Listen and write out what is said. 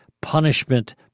punishment